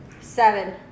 Seven